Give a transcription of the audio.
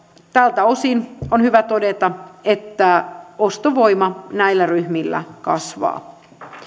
tältä osin on hyvä todeta että ostovoima näillä ryhmillä kasvaa